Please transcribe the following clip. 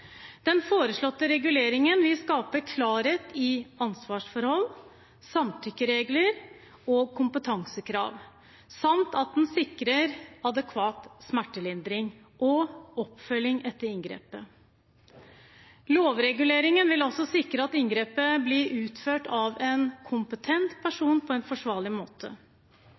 Den foreslåtte reguleringen vil skape klarhet i ansvarsforhold, samtykkeregler og kompetansekrav samt at den sikrer adekvat smertelindring og oppfølging etter inngrepet. Lovreguleringen vil også sikre at inngrepet blir utført av en kompetent person, på en forsvarlig måte.